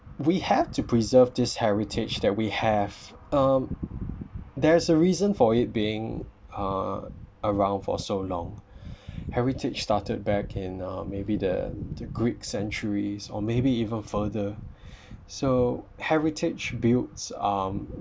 we have to preserve this heritage that we have um there's a reason for it being uh around for so long heritage started back in uh maybe the the greek centuries or maybe even further so heritage builds um